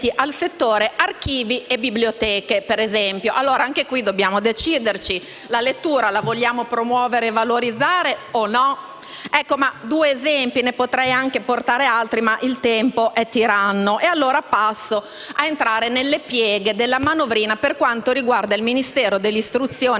archivi e biblioteche. Anche qui dobbiamo deciderci: la lettura la vogliamo promuovere e valorizzare o no? Sono due esempi e ne potrei portare altri, ma il tempo è tiranno. Mi addentro ora nelle pieghe della manovrina per quanto riguarda il Ministero dell'istruzione e della ricerca